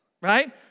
right